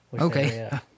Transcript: Okay